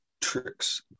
tricks